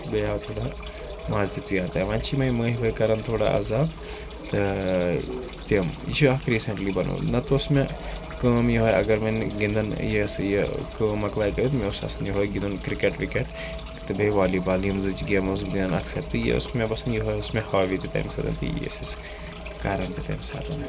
بیٚیہِ آو تھوڑا مَزٕ تہِ ژیر تانۍ وۄنۍ چھِ مےٚ مٔہوے کَرَن تھوڑا عذاب تہٕ تِم یہِ چھُ اَکھ ریٖسَنٹلی بَنومُت نَتہٕ اوس مےٚ کٲم یِہٲے اگر وَنۍ گِنٛدان یہِ سا یہِ کٲم مۄکلاے کٔرِتھ مےٚ اوس آسان یِہوے گِنٛدُن کِرٛکٮ۪ٹ وِکٮ۪ٹ تہٕ بیٚیہِ والی بال یِم زٕ گیمہٕ اوس گِنٛدان اَکثَر تہٕ یہِ اوس مےٚ باسان یِہوے اوس مےٚ ہابی تہِ تَمہِ ساتَن تہِ یی ٲسۍ أسۍ کَران تہٕ تَمہِ ساتَن